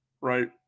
right